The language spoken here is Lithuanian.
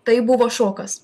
tai buvo šokas